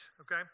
okay